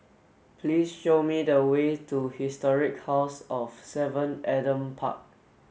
please show me the way to Historic House of seven Adam Park